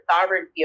sovereignty